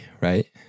right